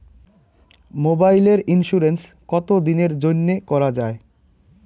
মোবাইলের ইন্সুরেন্স কতো দিনের জন্যে করা য়ায়?